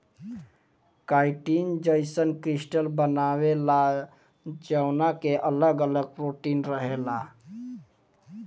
chitin जईसन crystal बनावेला जवना के अगल अगल प्रोटीन रहेला